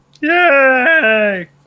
Yay